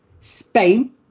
Spain